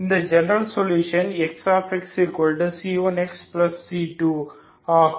இந்த general solution Xxc1xc2 ஆகும்